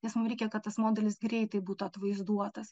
nes mum reikia kad tas modelis greitai būtų atvaizduotas